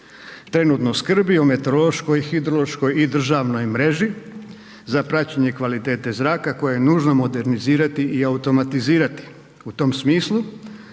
trenutno skrbi o meteorološkoj, hidrološkoj i državnoj mreži za praćenje kvalitete zraka koje je nužno modernizirati i automatizirati. U tom smislu